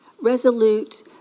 Resolute